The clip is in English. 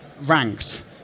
ranked